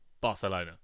Barcelona